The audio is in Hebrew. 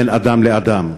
בין אדם לאדם.